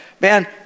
Man